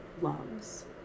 loves